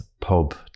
pub